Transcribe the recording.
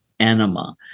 Enema